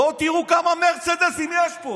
בואו תראו כמה מרצדסים יש פה.